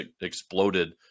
exploded